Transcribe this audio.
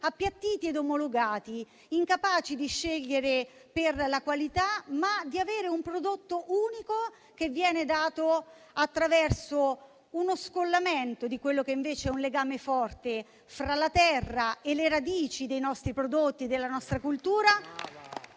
appiattiti e omologati, incapaci di scegliere per la qualità, con un prodotto unico offerto attraverso uno scollamento del legame forte fra la terra e le radici dei nostri prodotti e della nostra cultura